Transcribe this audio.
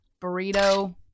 burrito